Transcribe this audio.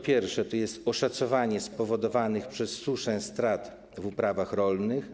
Pierwsza usługa to oszacowanie spowodowanych przez suszę strat w uprawach rolnych.